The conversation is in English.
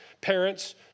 Parents